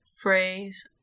phrase